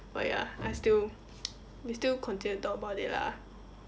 but ya I still we still continued to talk about it lah